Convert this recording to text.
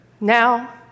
Now